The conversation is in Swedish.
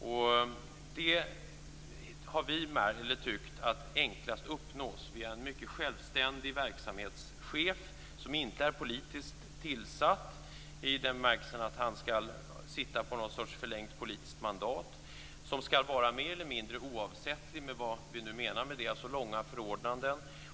Detta uppnås enklast, har vi tyckt, genom att man har en mycket självständig verksamhetschef som inte är politiskt tillsatt i den bemärkelsen att han skall sitta på något slags förlängt politiskt mandat. Han skall vara mer eller mindre oavsättlig, vad vi nu menar med det. Det skall alltså vara långa förordnanden.